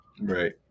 Right